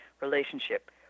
relationship